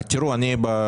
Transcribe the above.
...